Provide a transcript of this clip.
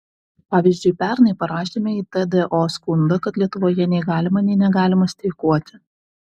pavyzdžiui pernai parašėme į tdo skundą kad lietuvoje nei galima nei negalima streikuoti